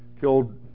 killed